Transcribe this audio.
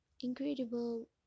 incredible